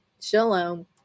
Shalom